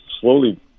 slowly